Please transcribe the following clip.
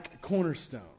Cornerstone